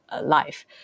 life